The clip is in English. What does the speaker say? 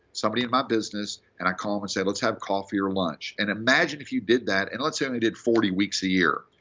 somebody in my business. and i call them and i say, let's have coffee or lunch. and imagine if you did that, and let's say i only did forty weeks a year,